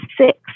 six